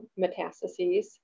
metastases